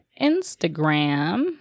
Instagram